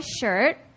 shirt